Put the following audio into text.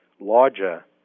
larger